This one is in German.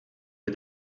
wir